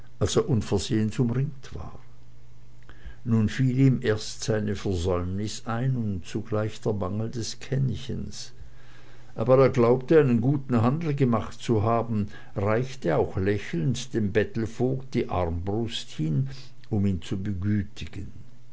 umringt war nun fiel ihm erst seine versäumnis ein und zugleich der mangel des kännchens aber er glaubte einen guten handel gemacht zu haben reichte auch lächelnd dem bettelvogt die armbrust hin um ihn zu begütigen